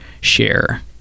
share